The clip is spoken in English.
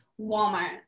Walmart